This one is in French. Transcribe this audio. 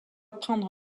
prendre